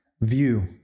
view